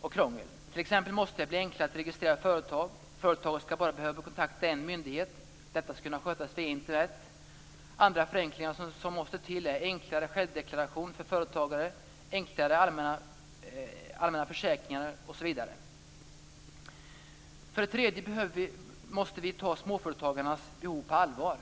och krångel. T.ex. måste det bli enklare att registrera företag. Företaget skall bara behöva kontakta en myndighet. Detta skall kunna skötas via Internet. Andra förenklingar som måste till är enklare självdeklaration för företagare, enklare allmänna försäkringar osv. För det tredje måste vi ta småföretagarnas behov på allvar.